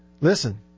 Listen